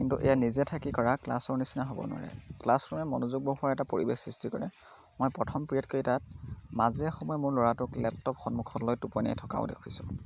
কিন্তু এয়া নিজে থাকি কৰা ক্লাছৰ নিচিনা হ'ব নোৱাৰে ক্লাছৰুমে মনোযোগ বঢ়োৱাৰ এটা পৰিৱেশ সৃষ্টি কৰে মই প্ৰথম পিৰিয়ডকেইটাত মাজে সময়ে মোৰ ল'ৰাটোক লেপটপ সন্মুখত লৈ টোপনিয়াই থকাও দেখিছোঁ